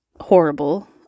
horrible